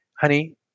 honey